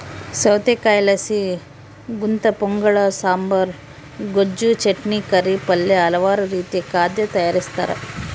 ಸೌತೆಕಾಯಿಲಾಸಿ ಗುಂತಪೊಂಗಲ ಸಾಂಬಾರ್, ಗೊಜ್ಜು, ಚಟ್ನಿ, ಕರಿ, ಪಲ್ಯ ಹಲವಾರು ರೀತಿಯ ಖಾದ್ಯ ತಯಾರಿಸ್ತಾರ